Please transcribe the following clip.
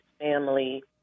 family